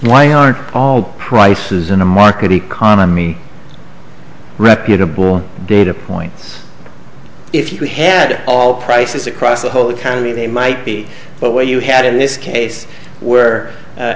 why aren't all prices in a market economy reputable data points if you had all prices across the whole economy they might be but where you had in this case were